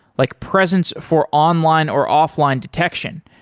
like presence for online or offline detection,